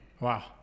Wow